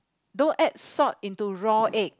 don't add salt into raw egg